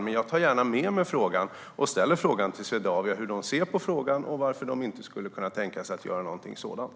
Men jag tar gärna med mig den och ska fråga Swedavia hur de ser på det och varför de inte skulle kunna tänka sig att göra någonting sådant.